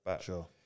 Sure